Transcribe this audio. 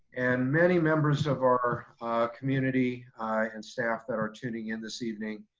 and many members of our community and staff that are tuning in this evening.